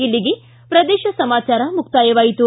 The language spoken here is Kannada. ಇಲ್ಲಿಗೆ ಪ್ರದೇಶ ಸಮಾಚಾರ ಮುಕ್ತಾಯವಾಯಿತು